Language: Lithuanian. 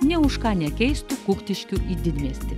nė už ką nekeistų kuktiškių į didmiestį